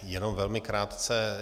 Jenom velmi krátce.